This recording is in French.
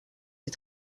des